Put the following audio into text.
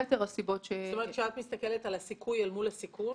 כשאת מסתכלת על הסיכוי מול הסיכון,